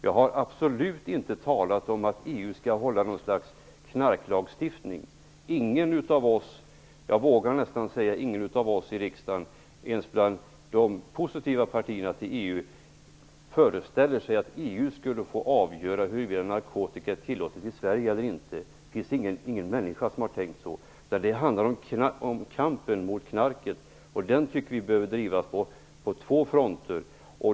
Jag har absolut inte talat om att EU skall hålla något slags knarklagstiftning. Jag vågar påstå att ingen av oss här i riksdagen, inte ens bland de EU-positiva partierna, föreställer sig att EU skulle få avgöra huruvida narkotika skall vara tillåtet i Sverige eller inte. Det finns ingen människa som har tänkt så. Det handlar om kampen mot knarket, och den tycker vi behöver drivas på två fronter.